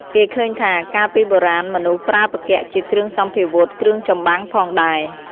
គេឃើញថា កាលពីបុរាណមនុស្សប្រើផ្គាក់ជាគ្រឿងសព្វាវុធ គ្រឿងចម្បាំង ផងដែរ ។